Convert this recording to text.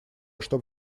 чтобы